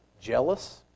jealous